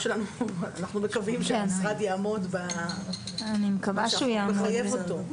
מקווים שהמשרד יעמוד במה שהחוק מחייב אותו.